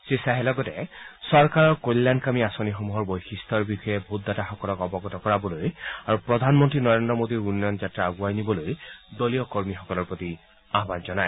শ্ৰীখাহে লগতে চৰকাৰৰ কল্যাণকামী আঁচনিসমূহৰ বৈশিষ্ট্যৰ বিষয়ে ভোটাৰসকলক অৱগত কৰাবলৈ আৰু প্ৰধানমন্ত্ৰী নৰেন্দ্ৰ মোদীৰ উন্নয়ন যাত্ৰা আগুৱাই নিবলৈ দলীয় কৰ্মীসকলৰ প্ৰতি আহান জনায়